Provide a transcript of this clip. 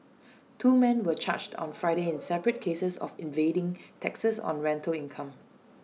two men were charged on Friday in separate cases of evading taxes on rental income